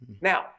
Now